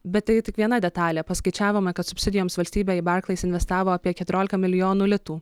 bet tai tik viena detalė paskaičiavome kad subsidijoms valstybė į barklais investavo apie keturiolika milijonų litų